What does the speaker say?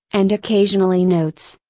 and occasionally notes.